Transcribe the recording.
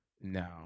No